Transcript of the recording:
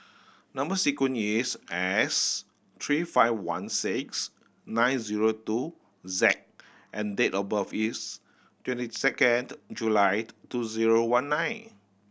number sequence is S three five one six nine zero two Z and date of birth is twenty second July two zero one nine